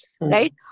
right